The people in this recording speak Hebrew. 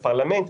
לפרלמנט,